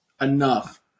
enough